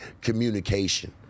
communication